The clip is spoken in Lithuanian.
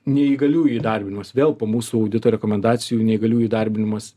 neįgaliųjų įdarbinimas vėl po mūsų audito rekomendacijų neįgaliųjų įdarbinimas